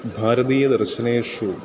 भारतीयदर्शनेषु